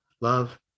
love